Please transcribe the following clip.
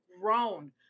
grown